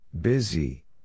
Busy